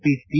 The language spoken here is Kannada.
P T